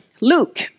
Luke